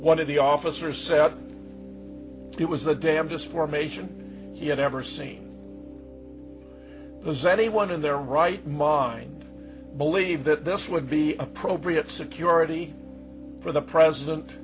one of the officers said it was the damnedest formation he had ever seen was anyone in their right mind believe that this would be appropriate security for the president